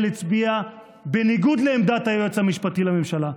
הצביעה בניגוד לעמדת היועץ המשפטי לממשלה,